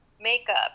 makeup